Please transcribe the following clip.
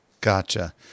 Gotcha